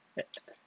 that